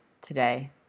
today